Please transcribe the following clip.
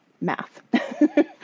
math